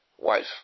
wife